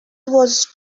was